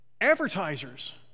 advertisers